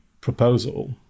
proposal